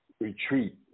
retreat